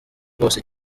bwose